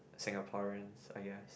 Singaporeans i guess